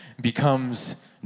becomes